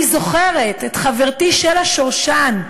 אני זוכרת את חברתי שלה שורשן,